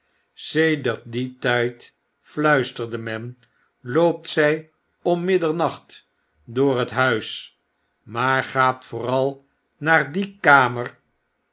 sedert dien tyd fluisterde men loopt zij om middernacht door het huis maar gaat vooral naar die kamer